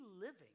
living